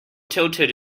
tilted